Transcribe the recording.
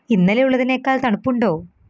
ഇന്നലെ ഉള്ളതിനെക്കാൾ തണുപ്പുണ്ടോ